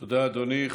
תודה, אדוני.